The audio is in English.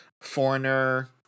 Foreigner